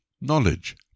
knowledge